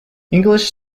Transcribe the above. english